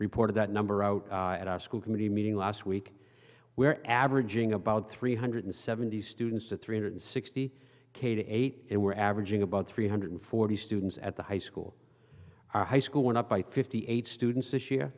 reported that number out at our school committee meeting last week we're averaging about three hundred seventy students to three hundred sixty k to eight and we're averaging about three hundred forty students at the high school our high school went up by fifty eight students this year